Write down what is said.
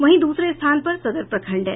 वहीं दूसरे स्थान पर सदर प्रखंड है